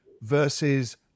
versus